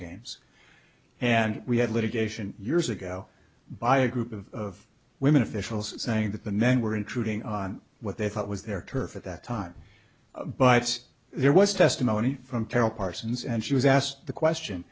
games and we had litigation years ago by a group of women officials saying that the men were intruding on what they thought was their turf at that time but there was testimony from terrell parsons and she was asked the